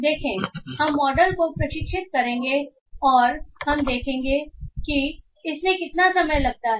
देखें हम मॉडल को प्रशिक्षित करेंगे और हम देखेंगे कि इसमें कितना समय लगता है